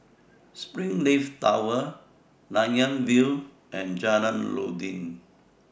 Springleaf Tower Nanyang View and Jalan Noordin